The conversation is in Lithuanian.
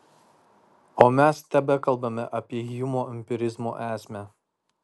o mes tebekalbame apie hjumo empirizmo esmę